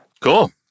Cool